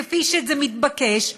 כפי שזה מתבקש,